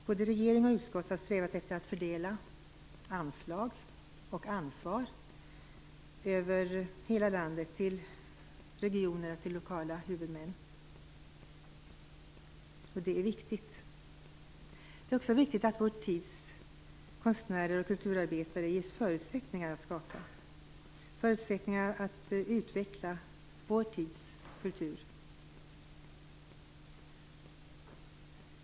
Både regering och utskott har strävat efter att fördela anslag och ansvar över hela landet, till regioner och lokala huvudmän. Det är viktigt. Det är också viktigt att vår tids konstnärer och kulturarbetare ges förutsättningar att skapa och utveckla vår tids kultur.